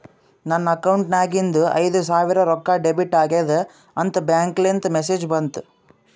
ನನ್ ಅಕೌಂಟ್ ನಾಗಿಂದು ಐಯ್ದ ಸಾವಿರ್ ರೊಕ್ಕಾ ಡೆಬಿಟ್ ಆಗ್ಯಾದ್ ಅಂತ್ ಬ್ಯಾಂಕ್ಲಿಂದ್ ಮೆಸೇಜ್ ಬಂತು